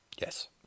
Yes